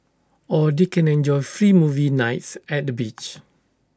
or they can enjoy free movie nights at the beach